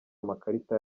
amakarita